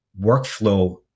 workflow